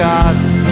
God's